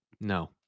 No